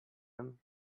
him